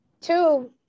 two